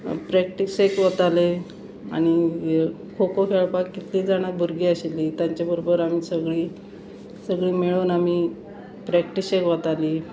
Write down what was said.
प्रॅक्टिसेक वतालें आनी खो खो खेळपाक कितलीं जाणां भुरगीं आशिल्लीं तांचे बरोबर आमी सगळीं सगळीं मेळून आमी प्रॅक्टीसेक वतालीं